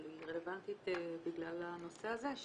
אבל היא רלוונטית בגלל הנושא הזה,